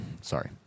Sorry